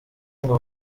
ngo